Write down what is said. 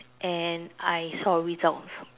and I saw results